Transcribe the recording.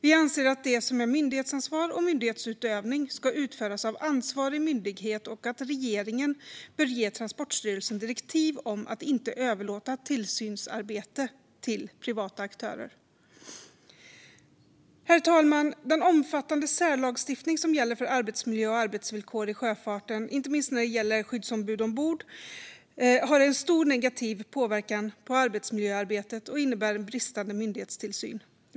Vi anser att det som är myndighetsansvar och myndighetsutövning ska utföras av ansvarig myndighet och att regeringen bör ge Transportstyrelsen direktiv om att inte överlåta tillsynsarbete till privata aktörer. Herr talman! Den omfattande särlagstiftning som gäller för arbetsmiljö och arbetsvillkor i sjöfarten, inte minst när det gäller skyddsombud ombord, har en stor negativ påverkan på arbetsmiljöarbetet och innebär en bristande myndighetstillsyn.